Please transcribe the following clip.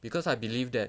because I believe that